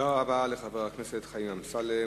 תודה רבה לחבר הכנסת חיים אמסלם.